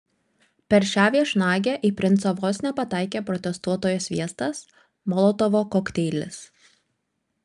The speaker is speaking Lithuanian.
per šią viešnagę į princą vos nepataikė protestuotojo sviestas molotovo kokteilis